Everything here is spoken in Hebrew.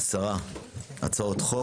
ונדון עכשיו בעשר הצעת חוק: